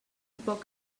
poc